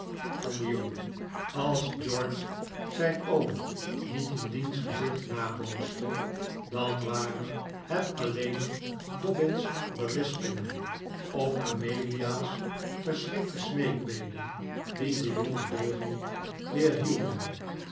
van den jongen als george zijn oom niet in diens gezicht nabootste dan waren het alleen dobbin's berispingen of amelia's verschrikte smeekbeden die den jongen deugniet